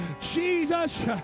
Jesus